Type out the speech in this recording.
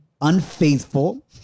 unfaithful